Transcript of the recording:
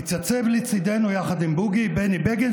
התייצב לצידנו יחד עם בוגי ובני בגין,